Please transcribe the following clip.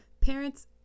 Parents